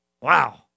Wow